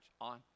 On